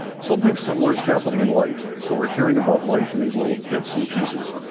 something similar is happening in life. so we're hearing about life in these little bits and pieces.